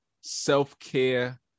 self-care